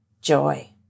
joy